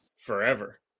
forever